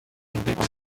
big